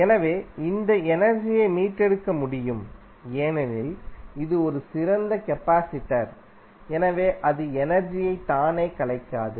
எனவே இந்த எனர்ஜியை மீட்டெடுக்க முடியும் ஏனெனில் இது ஒரு சிறந்த கெபாசிடர் எனவே அது எனர்ஜியை தானே கலைக்காது